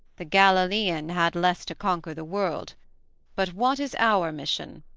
the galilaean had less to conquer the world but what is our mission?